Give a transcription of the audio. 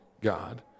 God